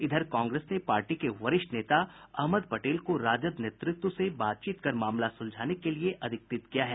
इधर कांग्रेस ने पार्टी के वरिष्ठ नेता अहमद पटेल को राजद नेतृत्व से बातचीत कर मामला सुलझाने के लिए अधिकृत किया है